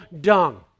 dung